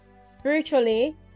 spiritually